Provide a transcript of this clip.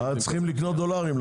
צריך לקנות דולרים.